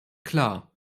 klar